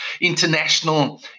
international